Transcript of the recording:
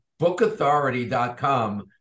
bookauthority.com